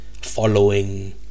following